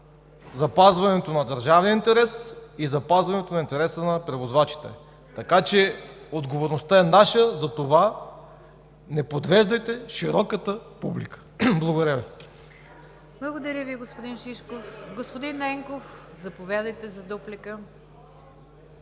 запазването на държавния интерес и запазването на интереса на превозвачите. Отговорността е наша, затова не подвеждайте широката публика. Благодаря Ви. ПРЕДСЕДАТЕЛ НИГЯР ДЖАФЕР: Благодаря Ви, господин Шишков. Господин Ненков, заповядайте за дуплика.